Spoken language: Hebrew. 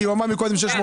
כי הוא אמר מקודם 650,000,